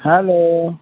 hello